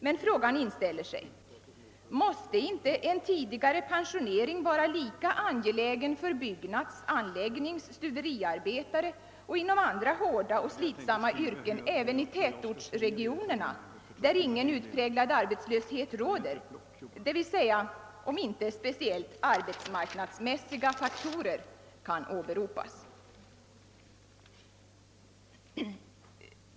Men frågan inställer sig: Måste inte en tidigare pensionering vara lika angelägen för byggnads-, anläggnings-, stuveriarbetare och andra inom hårda och slitsamma yrken även i tätortsregionerna, där ingen utpräglad arbetslöshet råder, d.v.s. även om inte speciellt »arbetsmarknadsmässiga faktorer» kan åberopas.